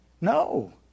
No